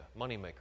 Moneymaker